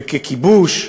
וככיבוש,